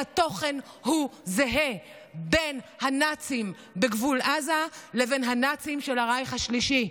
והתוכן הוא זהה אצל הנאצים בגבול עזה ואצל הנאצים של הרייך השלישי: